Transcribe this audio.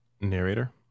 narrator